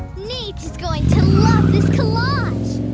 nate going to love this collage!